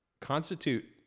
constitute